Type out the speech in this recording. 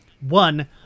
one